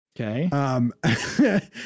Okay